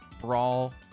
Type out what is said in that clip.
Brawl